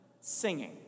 singing